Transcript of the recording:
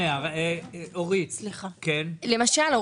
למשל.